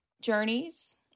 journeys